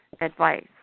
advice